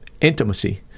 intimacy